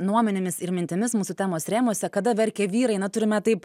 nuomonėmis ir mintimis mūsų temos rėmuose kada verkia vyrai na turime taip